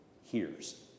hears